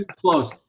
close